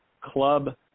club